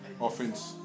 Offense